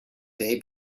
day